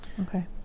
Okay